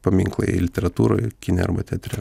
paminklai literatūroj kine arba teatre